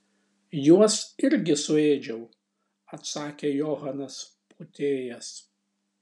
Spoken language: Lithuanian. juos irgi suėdžiau atsakė johanas pūtėjas